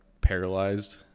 paralyzed